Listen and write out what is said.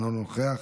אינו נוכח,